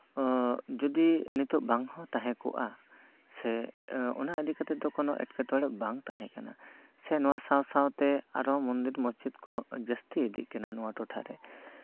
ᱡᱚᱫᱤ ᱱᱤᱛᱚᱜ ᱵᱟᱝ ᱦᱚᱸ ᱛᱟᱦᱮᱸ ᱠᱚᱜᱼᱟ ᱥᱮ ᱚᱱᱟ ᱤᱫᱤ ᱠᱟᱛᱮᱜ ᱫᱚ ᱮᱴᱠᱮᱴᱚᱲᱮ ᱵᱟᱝ ᱛᱟᱦᱮᱸ ᱠᱟᱱᱟ ᱥᱮ ᱱᱚᱣᱟ ᱥᱟᱶ ᱥᱟᱶᱛᱮ ᱟᱨᱚ ᱢᱚᱱᱫᱤᱨ ᱢᱚᱥᱡᱤᱫ ᱠᱚ ᱡᱟᱹᱥᱛᱤ ᱤᱫᱤᱜ ᱠᱟᱱᱟ ᱱᱚᱣᱟ ᱴᱚᱴᱷᱟᱨᱮ